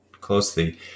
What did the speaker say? closely